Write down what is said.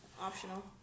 optional